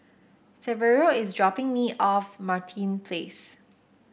Saverio is dropping me off Martin Place